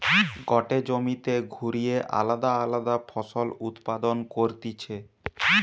গটে জমিতে ঘুরিয়ে আলদা আলদা ফসল উৎপাদন করতিছে